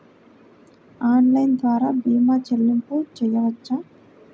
Online ద్వార భీమా చెల్లింపులు చేయవచ్చా?